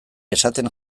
esaten